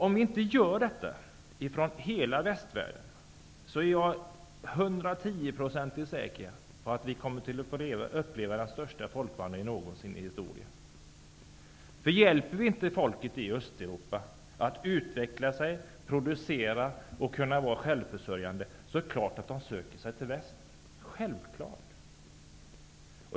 Om inte hela västvärlden gör detta, är jag till 110 % säker på att vi kommer att få uppleva den största folkvandringen någonsin i historien. Om vi inte hjälper folket i Östeuropa att utveckla sig, producera och vara självförsörjande är det självklart att de söker sig till väst.